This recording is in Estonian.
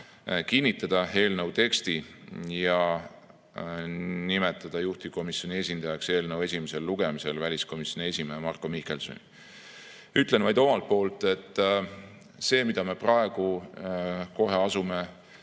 kinnitada eelnõu teksti ja nimetada juhtivkomisjoni esindajaks eelnõu esimesel lugemisel väliskomisjoni esimehe Marko Mihkelsoni. Ütlen omalt poolt vaid seda, et see, mida me kohe asume